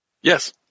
Yes